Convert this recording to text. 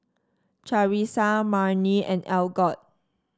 Charissa Marni and Algot